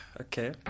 Okay